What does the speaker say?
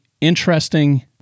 interesting